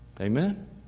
amen